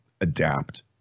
adapt